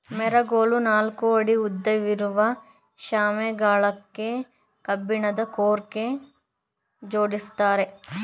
ಮೆರಕೋಲು ನಾಲ್ಕು ಅಡಿ ಉದ್ದವಿರುವ ಶಾಮೆ ಗಳಕ್ಕೆ ಕಬ್ಬಿಣದ ಕೊಕ್ಕೆ ಜೋಡಿಸಿರ್ತ್ತಾರೆ